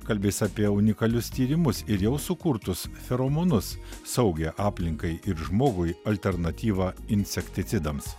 kalbės apie unikalius tyrimus ir jau sukurtus feromonus saugią aplinkai ir žmogui alternatyvą insekticidams